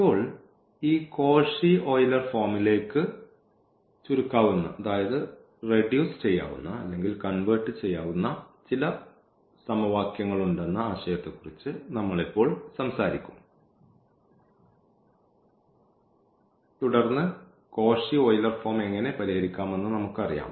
ഇപ്പോൾ ഈ Cauchy Euler ഫോമിലേക്ക് ചുരുക്കാവുന്ന ചില സമവാക്യങ്ങളുണ്ടെന്ന ആശയത്തെക്കുറിച്ച് നമ്മൾ ഇപ്പോൾ സംസാരിക്കും തുടർന്ന് കോഷി ഓയിലർ ഫോം എങ്ങനെ പരിഹരിക്കാമെന്ന് നമുക്കറിയാം